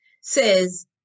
says